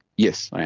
yes, i